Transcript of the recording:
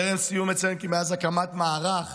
טרם סיום אציין כי מאז הקמת מערך